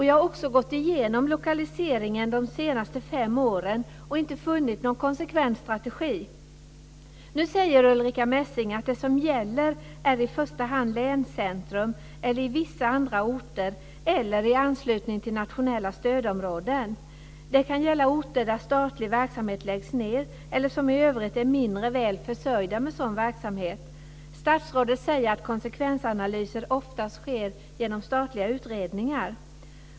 Jag har också gått igenom lokaliseringen de senaste fem åren och inte funnit någon konsekvent strategi. Nu säger Ulrica Messing att det som gäller i första hand är länscentrum, i vissa andra orter eller i anslutning till nationella stödområden. Det kan gälla orter där statlig verksamhet läggs ned eller som i övrigt är mindre väl försörjda med sådan verksamhet. Statsrådet säger att konsekvensanalyser oftast sker genom statliga utredningar.